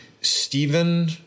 Stephen